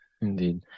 indeed